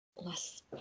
less